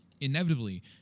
inevitably